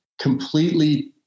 completely